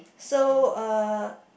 so uh